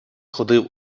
ходив